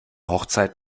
hochzeit